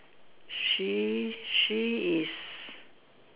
she she is